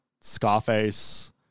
Scarface